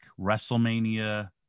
WrestleMania